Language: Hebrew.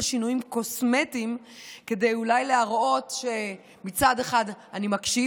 שינויים קוסמטיים אולי כדי להראות שמצד אחד אני מקשיב,